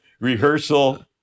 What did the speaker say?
Rehearsal